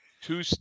two